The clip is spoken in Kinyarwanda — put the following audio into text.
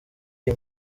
iyi